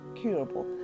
curable